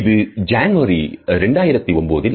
இது January 2009ல்